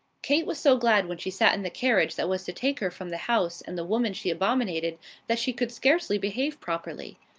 kate was so glad when she sat in the carriage that was to take her from the house and the woman she abominated that she could scarcely behave properly.